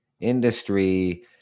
industry